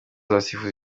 abasifuzi